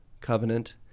covenant